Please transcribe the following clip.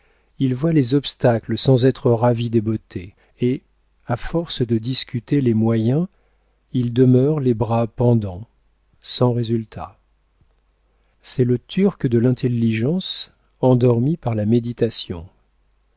il voit les obstacles sans être ravi des beautés et à force de discuter les moyens il demeure les bras pendants sans résultat c'est le turc de l'intelligence endormi par la méditation